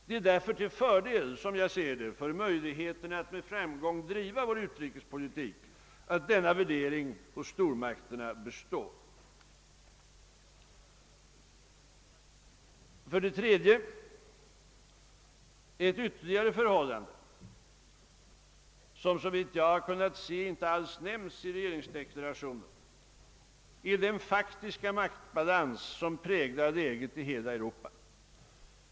Det är därför, som jag ser det, till fördel för möjligheterna att med framgång driva vår utrikespolitik att denna värdering hos stormakterna består. 3. Ett ytterligare förhållande som såvitt jag har kunnat finna inte alls nämns i regeringsdeklarationen är den faktiska maktbalans som präglar läget i hela Europa.